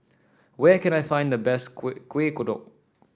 where can I find the best Kuih Kuih Kodok